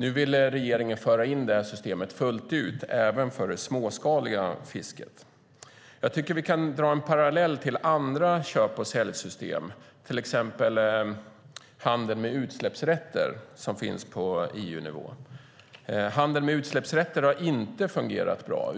Nu vill regeringen föra in det här systemet fullt ut, även för det småskaliga fisket. Jag tycker att vi kan dra en parallell till andra köp och säljsystem, till exempel handeln med utsläppsrätter som finns på EU-nivå. Handeln med utsläppsrätter har inte fungerat bra.